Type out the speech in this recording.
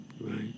Right